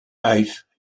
ate